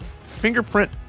fingerprint